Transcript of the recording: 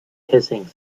hissing